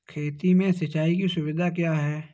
खेती में सिंचाई की सुविधा क्या है?